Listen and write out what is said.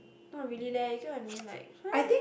not really leh you get what I mean like